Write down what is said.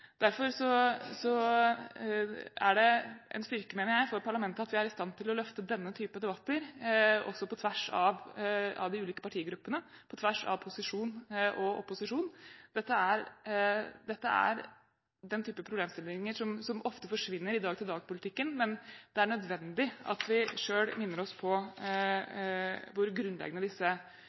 Derfor mener jeg det er en styrke for parlamentet at vi er i stand til å løfte denne type debatter – også på tvers av de ulike partigruppene og på tvers av posisjon og opposisjon. Dette er den type problemstillinger som ofte forsvinner i dag-til-dag-politikken, men det er nødvendig at vi selv minner oss på hvor grunnleggende problemene faktisk er.